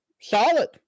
solid